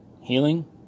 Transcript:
healing